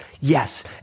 yes